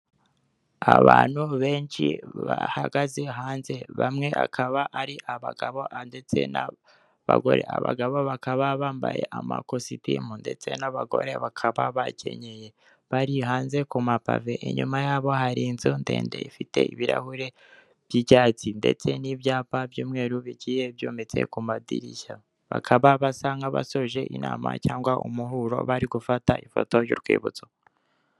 Abantu benshi bahagaze hanze, bamwe akaba ari abagabo ndetse n'abagore, abagabo bakaba bambaye amakositimu, ndetse n'abagore bakaba bakenyeye bari hanze ku mapave, inyuma yabo hari inzu ndende ifite ibirahure by'icyatsi, ndetse n'ibyapa by'umweru bigiye byometse ku madirishya, bakaba basa nk'abasoje inama cyangwa umuhuro, bari gufata ifoto y'urwibutso.